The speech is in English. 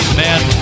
man